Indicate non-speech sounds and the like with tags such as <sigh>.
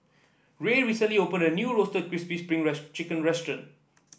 Rae recently opened a new Roasted Crispy Spring <unintelligible> Chicken restaurant